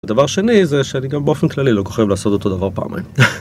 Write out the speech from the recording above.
דבר שני זה שאני גם באופן כללי לא כל כך אוהב לעשות אותו דבר פעמים.